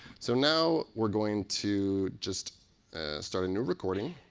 so now we're going to just start a new recording.